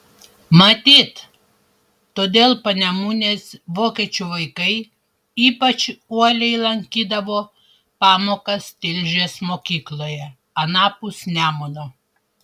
matyt todėl panemunės vokiečių vaikai ypač uoliai lankydavo pamokas tilžės mokykloje anapus nemuno